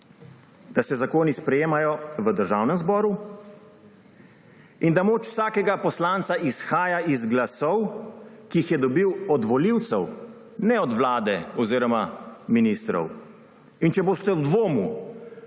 da se zakoni sprejemajo v Državnem zboru in da moč vsakega poslanca izhaja iz glasov, ki jih je dobil od volivcev, ne od Vlade oziroma ministrov. In če boste v dvomu,